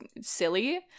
silly